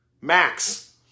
max